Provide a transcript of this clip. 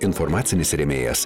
informacinis rėmėjas